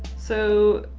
so.